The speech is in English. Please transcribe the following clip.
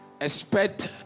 expect